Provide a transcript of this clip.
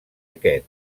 aquest